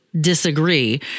disagree